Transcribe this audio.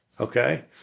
Okay